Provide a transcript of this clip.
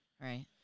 Right